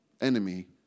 enemy